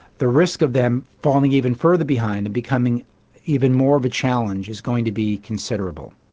the risk of them falling even further behind and becoming even more of a challenge is going to be considerable.